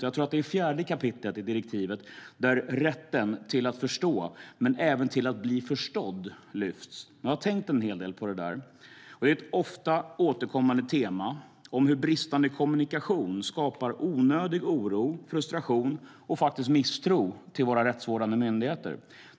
Jag tror att det är i fjärde kapitlet i direktivet där rätten till att förstå men även till att bli förstådd lyfts fram. Jag har tänkt en hel del på detta. Det är ett ofta återkommande tema att bristande kommunikation skapar onödig oro, frustration och misstro till våra rättsvårdande myndigheter.